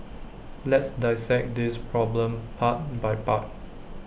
let's dissect this problem part by part